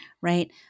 right